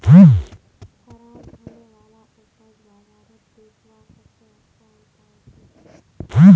ख़राब होने वाला उपज बजारोत बेचावार सबसे अच्छा उपाय कि छे?